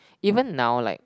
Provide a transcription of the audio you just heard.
even now like